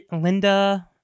Linda